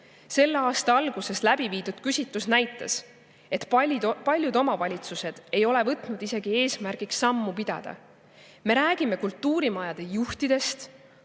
Selle aasta alguses läbi viidud küsitlus näitas, et paljud omavalitsused ei ole võtnud isegi eesmärgiks sammu pidada. Me räägime kultuurimajade juhtidest,